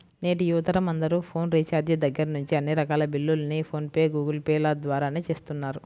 నేటి యువతరం అందరూ ఫోన్ రీఛార్జి దగ్గర్నుంచి అన్ని రకాల బిల్లుల్ని ఫోన్ పే, గూగుల్ పే ల ద్వారానే చేస్తున్నారు